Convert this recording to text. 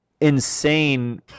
insane